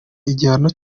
igihano